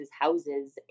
houses